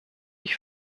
ich